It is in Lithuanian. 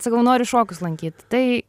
sakau noriu šokius lankyt tai